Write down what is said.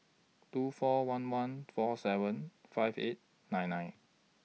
two four one one four seven five eight nine nine